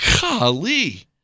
Golly